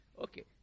okay